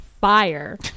Fire